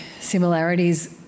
similarities